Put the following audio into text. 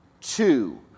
two